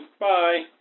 Bye